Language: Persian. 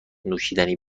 نوشیدنی